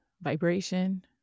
vibration